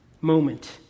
moment